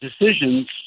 decisions